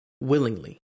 willingly